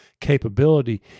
capability